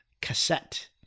Cassette